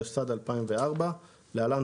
התשס"ד 2004 (להלן,